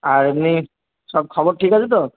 আর এমনি সব খবর ঠিক আছে তো